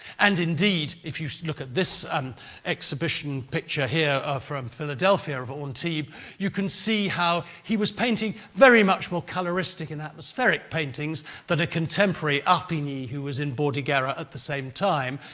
and indeed, if you look at this um exhibition picture here from philadelphia of ah antibes, you can see how he was painting very much more colouristic and atmospheric paintings than a contemporary, ah harpignies, who was in bordighera at the same time.